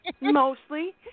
mostly